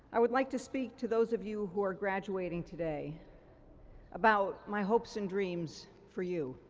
i would like to speak to those of you who are graduating today about my hopes and dreams for you.